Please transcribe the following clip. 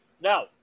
Now